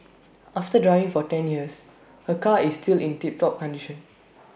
after driving for ten years her car is still in tip top condition